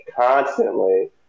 constantly